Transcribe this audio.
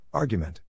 Argument